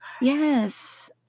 Yes